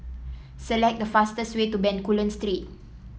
select the fastest way to Bencoolen Street